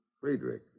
Friedrich